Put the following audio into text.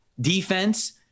defense